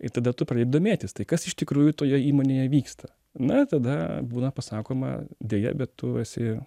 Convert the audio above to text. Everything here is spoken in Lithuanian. ir tada tu pradedi domėtis tai kas iš tikrųjų toje įmonėje vyksta na ir tada būna pasakoma deja bet tu esi